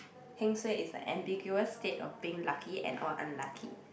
heng suay is an ambiguous state of being lucky and or unlucky